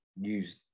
use